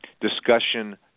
discussion